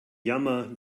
jammer